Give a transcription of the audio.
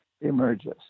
emerges